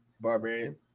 Barbarian